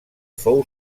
fou